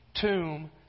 tomb